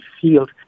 field